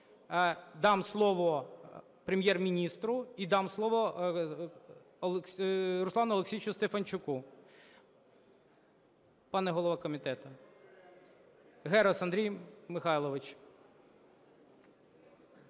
дам слово Прем'єр-міністру і дам слово Руслану Олексійовичу Стефанчуку. Пане голова комітету, Герус Андрій Михайлович.